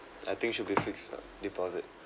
I think should be fixed ah deposit